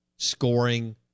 Scoring